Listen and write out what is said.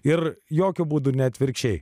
ir jokiu būdu ne atvirkščiai